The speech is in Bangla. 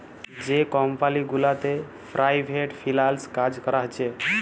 যে কমপালি গুলাতে পেরাইভেট ফিল্যাল্স কাজ ক্যরা হছে